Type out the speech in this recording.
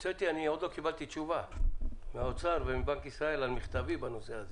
עוד לא קיבלתי תשובה מהאוצר ומבנק ישראל על מכתבי בנושא הזה.